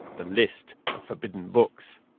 the list of forbidden books,